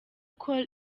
cool